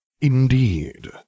Indeed